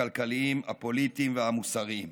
הכלכליים, הפוליטיים והמוסריים.